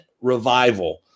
Revival